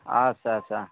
আচ্ছা আচ্ছা